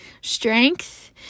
strength